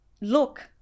look